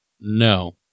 No